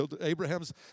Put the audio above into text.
Abraham's